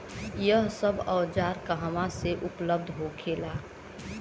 यह सब औजार कहवा से उपलब्ध होखेला?